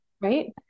right